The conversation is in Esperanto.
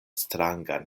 strangan